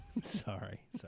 Sorry